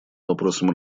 вопросам